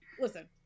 Listen